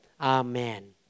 Amen